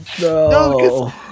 no